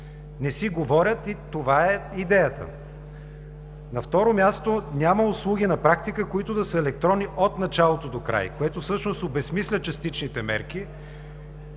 не си говорят и това е идеята. На второ място, няма услуги на практика, които да са електронни от началото докрай, което всъщност обезсмисля частичните мерки,